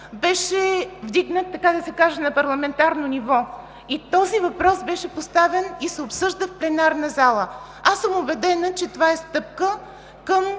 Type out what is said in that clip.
беше вдигнат, така да се каже, на парламентарно ниво и този въпрос беше поставен и се обсъжда в пленарната зала. Аз съм убедена, че това е стъпка към